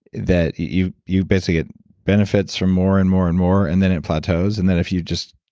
that you you basically get benefits from more and more and more and then it plateaus. and then if you just,